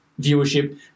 viewership